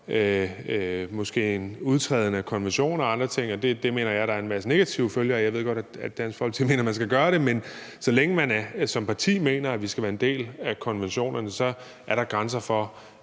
måske en udtræden af konventioner og andre ting, og det mener jeg der er en masse negative følger af. Jeg ved godt, at Dansk Folkeparti mener, at man skal gøre det. Men så længe man som parti mener, at vi skal være en del af konventionerne, er der også grænser for,